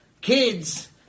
kids